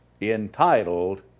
entitled